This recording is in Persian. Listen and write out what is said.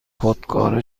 خودکار